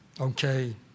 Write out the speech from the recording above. Okay